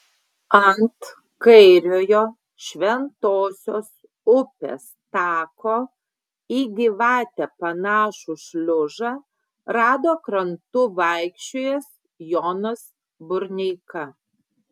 ant kairiojo šventosios upės tako į gyvatę panašų šliužą rado krantu vaikščiojęs jonas burneika